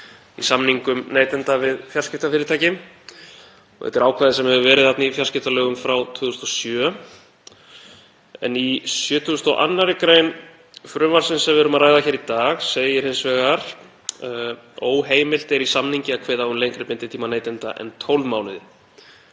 í samningum neytenda við fjarskiptafyrirtækin og þetta er ákvæði sem hefur verið í fjarskiptalögum frá 2007. En í 72. gr. frumvarpsins sem við erum að ræða í dag segir hins vegar að óheimilt sé í samningi að kveða á um lengri binditíma neytenda en 12 mánuði.